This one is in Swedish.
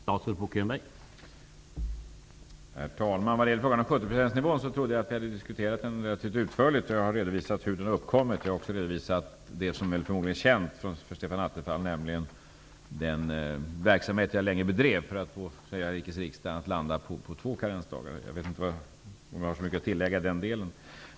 Herr talman! Jag trodde att vi hade diskuterat frågan om 70-procentsnivån relativt utförligt. Jag har redovisat hur den har uppkommit, och jag har också redovisat det som förmodligen är känt för Stefan Attefall, nämligen den verksamhet jag länge bedrev för att få Svea Rikes riksdag att landa på två karensdagar. Jag vet inte om jag har så mycket att tillägga i den delen.